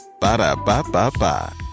Ba-da-ba-ba-ba